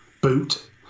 boot